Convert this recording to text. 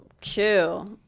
kill